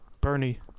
Bernie